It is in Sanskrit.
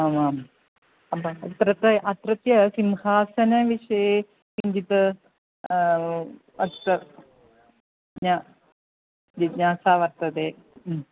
आमाम् अं त्र त्र अत्रत्यस्य किं हासनविषये किञ्चित् अत्र ज्ञातं जिज्ञासा वर्तते